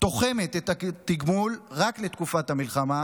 תוחמת את התגמול רק לתקופת המלחמה,